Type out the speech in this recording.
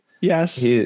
Yes